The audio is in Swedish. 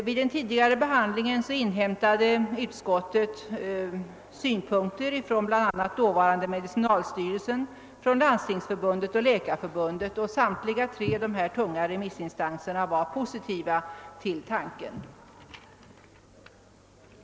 Vid den tidigare behandlingen inhämtade utskottet synpunkter från bl.a. dåvarande medicinalstyrelsen, från Landstingsförbundet och från Läkarförbundet. Samtliga dessa tre tunga remissinstanser ställde sig positiva till tanken.